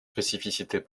spécificités